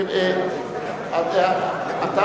השר המשיב?